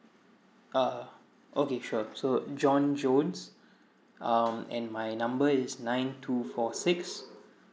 uh okay sure so john jones um and my number is nine two four six